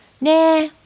Nah